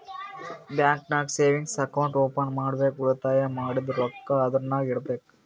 bank ನಾಗ್ savings account open ಮಾಡ್ಬೇಕ ಉಳಿತಾಯ ಮಾಡಿದ್ದು ರೊಕ್ಕಾ ಅದುರ್ನಾಗ್ ಇಡಬೇಕ್